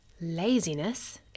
laziness